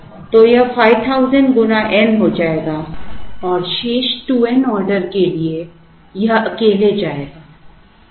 तो यह 5000 गुना n हो जाएगा और शेष 2 n ऑर्डर के लिए यह अकेले जाएगा